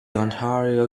ontario